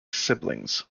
siblings